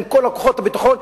עם כל כוחות הביטחון,